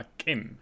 kim